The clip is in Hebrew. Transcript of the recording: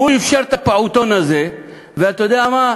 הוא אפשר את הפעוטון הזה, ואתה יודע מה?